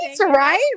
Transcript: right